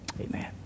Amen